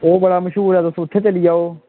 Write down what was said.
ओह् बड़ा मशहूर ऐ तुस उत्थें चली जाओ